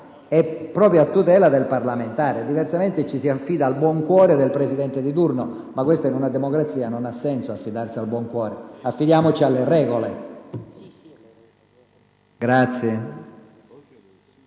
è proprio a tutela del parlamentare; diversamente ci si affiderebbe al buon cuore del Presidente di turno. In una democrazia, però, non ha senso affidarsi al buon cuore: affidiamoci alle regole.